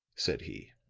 said he.